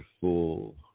full